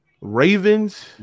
Ravens